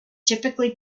typically